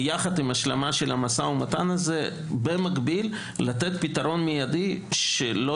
ויחש עם ההשלמה של המשא ומתן הזה במקביל לתת פתרון מיידי שלא